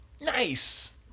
Nice